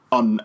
on